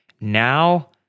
Now